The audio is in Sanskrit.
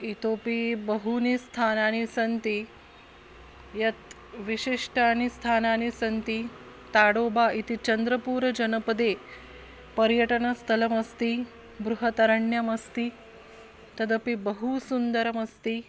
इतोपि बहूनि स्थानानि सन्ति यत् विशिष्टानि स्थानानि सन्ति ताडोबा इति चन्द्रपूरजनपदे पर्यटनस्थलमस्ति बृहदरण्यमस्ति तदपि बहु सुन्दरमस्ति